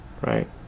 right